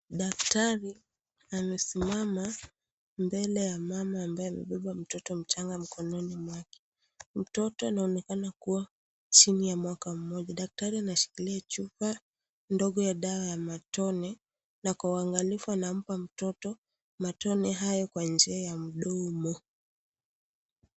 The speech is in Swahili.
Daktari amesimama mbele ya mama ambaye amembeba mtoto mchanga mkononi mwake. Mtoto anaonekana kuwa chini ya mwaka moja. Daktari anashikilia chupa ndogo ya dawa ya matone na kwa uangalifu anampa mtoto matone hayo kwa njia ya mdomo.